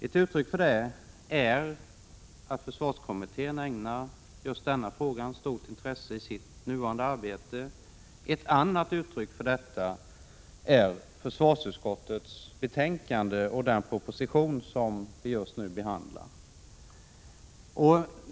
Ett uttryck för detta är att försvarskommittén ägnar just denna fråga stort intresse i sitt nuvarande arbete. Ett annat uttryck för detta är försvarsutskottets betänkande och den proposition som vi just nu behandlar.